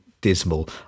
dismal